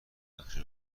نقشه